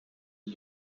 are